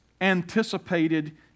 anticipated